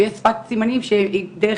ויש שפת סימנים שהיא דרך